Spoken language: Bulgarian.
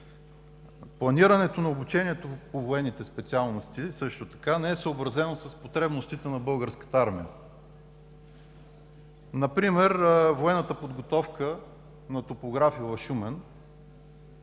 Планирането на обучението по военните специалности също така не е съобразено с потребностите на Българската армия. Например военната подготовка на топографи в Шумен